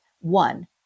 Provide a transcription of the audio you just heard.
one